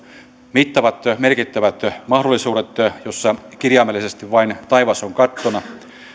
mittavat merkittävät mahdollisuudet joissa kirjaimellisesti vain taivas on kattona